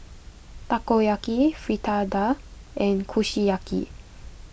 Takoyaki Fritada and Kushiyaki